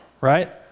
right